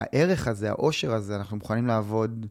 הערך הזה, העושר הזה, אנחנו מוכנים לעבוד.